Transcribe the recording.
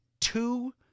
two